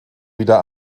wieder